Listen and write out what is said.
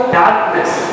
darkness